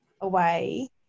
away